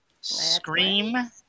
Scream